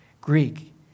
Greek